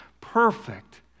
perfect